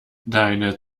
deine